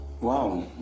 Wow